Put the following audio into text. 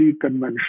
conventional